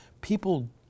people